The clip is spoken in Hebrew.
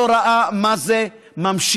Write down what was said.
לא ראה מה זה ממשיך: